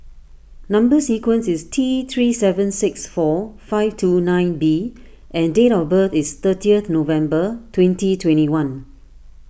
Number Sequence is T three seven six four five two nine B and date of birth is thirtieth November twenty twenty one